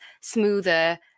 smoother